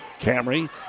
Camry